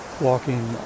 walking